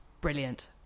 Brilliant